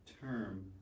term